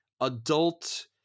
adult